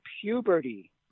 puberty